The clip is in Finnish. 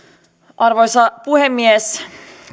arvoisa puhemies